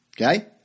okay